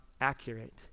accurate